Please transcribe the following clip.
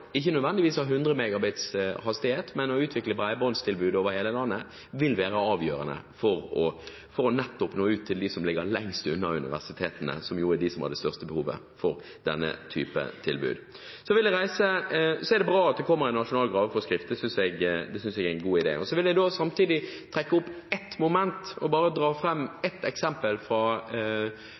ikke nødvendigvis med en hastighet på 100 Mbit/s, men å utvikle bredbåndstilbudet over hele landet – være avgjørende for nettopp å nå ut til dem som ligger lengst unna universitetene, som jo er de som har det største behovet for denne type tilbud. Det er bra at det kommer en nasjonal graveforskrift. Det synes jeg er en god idé. Jeg vil samtidig trekke fram et eksempel. I Bergen har de en graveforskrift. En av de tingene som de som bor i by fortviler over, er vedvarende og